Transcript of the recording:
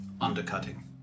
Undercutting